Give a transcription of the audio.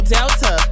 Delta